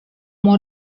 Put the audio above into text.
mau